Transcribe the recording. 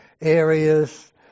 areas